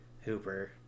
Hooper